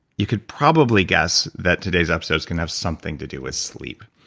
you could probably guess that today's episode is gonna have something to do with sleep